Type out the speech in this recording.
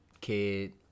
kid